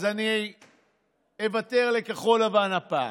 אז אני אוותר לכחול לבן הפעם.